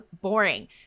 boring